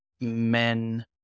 men